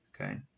okay